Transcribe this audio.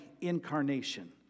incarnation